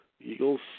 Eagles